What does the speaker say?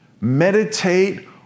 meditate